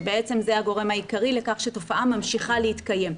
שבעצם זה הגורם העיקרי לכך שתופעה ממשיכה להתקיים.